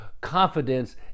confidence